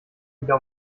wieder